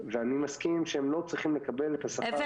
ואני מסכים שהם לא צריכים לקבל את השכר --- אתה